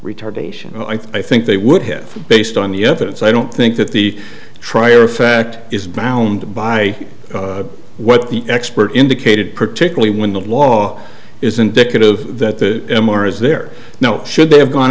retardation i think they would have based on the evidence i don't think that the trier of fact is bound by what the expert indicated particularly when the law is indicative that the m r is there now should they have gone